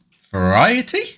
Variety